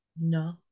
No